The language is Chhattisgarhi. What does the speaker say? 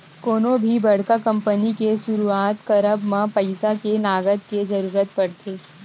कोनो भी बड़का कंपनी के सुरुवात करब म पइसा के नँगत के जरुरत पड़थे